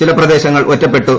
ചില പ്രദേശങ്ങൾ ഒറ്റപ്പെട്ടു